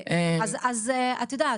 אז את יודעת,